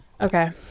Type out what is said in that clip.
Okay